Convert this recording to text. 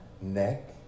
neck